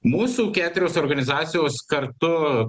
mūsų keturios organizacijos kartu